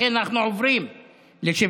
לכן אנחנו עוברים ל-73.